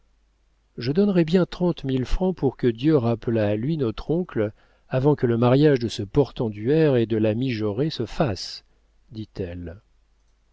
je donnerais bien trente mille francs pour que dieu rappelât à lui notre oncle avant que le mariage de ce portenduère et de la mijaurée se fasse dit-elle